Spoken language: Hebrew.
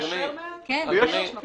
יש דוח של מבקר המדינה מאוד קשה.